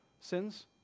sins